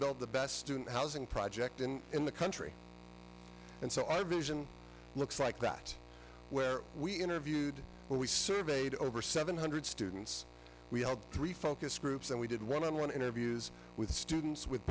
build the best student housing project in in the country and so i vision looks like that where we interviewed when we surveyed over seven hundred students we had three focus groups and we did one on one interviews with students with